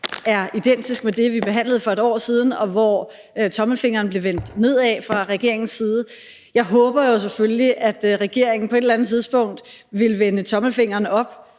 er identisk med det, vi behandlede for et år siden, og hvor tommelfingeren blev vendt nedad fra regeringens side. Jeg håber jo selvfølgelig, at regeringen på et eller andet tidspunkt vil vende tommelfingeren opad